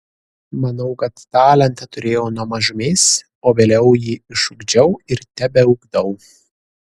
manau kad talentą turėjau nuo mažumės o vėliau jį išugdžiau ir tebeugdau